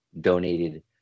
donated